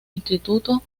instituto